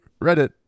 Reddit